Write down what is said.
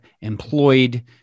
employed